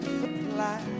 supply